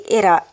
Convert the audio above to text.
era